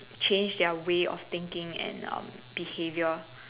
change their way of thinking and um behaviour